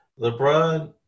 LeBron